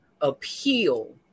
appeal